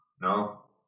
No